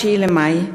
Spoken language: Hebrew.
ב-9 במאי.